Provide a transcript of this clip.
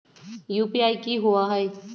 UPI कि होअ हई?